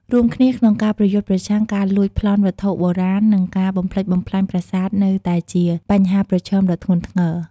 រួមគ្នាក្នងការប្រយុទ្ធប្រឆាំងការលួចប្លន់វត្ថុបុរាណ និងការបំផ្លិចបំផ្លាញប្រាសាទនៅតែជាបញ្ហាប្រឈមដ៏ធ្ងន់ធ្ងរ។